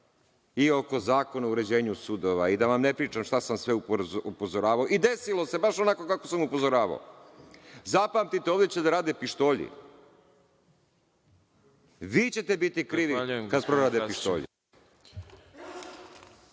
i oko Zakona o uređenju sudova i da vam ne pričam šta sam sve upozoravao i desilo se baš onako kako sam upozoravao, zapamtite ovde će da rade pištolji. Vi ćete biti krivi kad prorade pištolji.